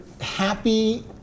happy